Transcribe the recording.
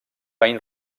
bany